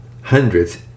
Hundreds